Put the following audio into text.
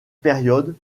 période